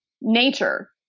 nature